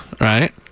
right